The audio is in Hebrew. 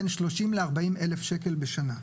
בין 30 ל- 40 אלף ש"ח בשנה.